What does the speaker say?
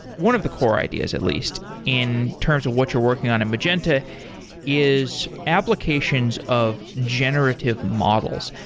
one of the core ideas at least in terms of what you're working on in magenta is applications of generative models.